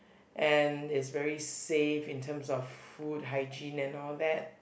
and is very safe in terms of food hygiene and all that